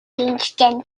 kingston